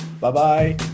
Bye-bye